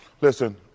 Listen